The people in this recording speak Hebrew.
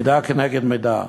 מידה כנגד מידה: